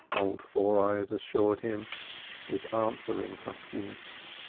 old four-eyes assured him with answering huskiness.